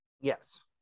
Yes